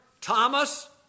Thomas